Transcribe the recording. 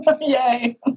Yay